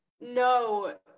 no